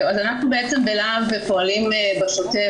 אז אנחנו בלהב פועלים בשוטף,